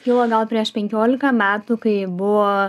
kilo gal prieš penkiolika metų kai buvo